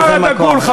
הפרלמנטר הדגול,